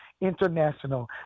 international